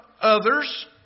others